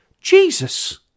Jesus